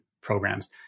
programs